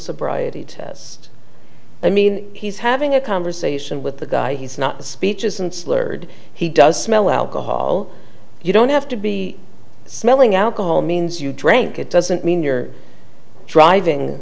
sobriety test i mean he's having a conversation with the guy he's not the speeches and slurred he does smell alcohol you don't have to be smelling out all means you drank it doesn't mean you're driving